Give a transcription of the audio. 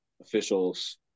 officials